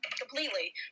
completely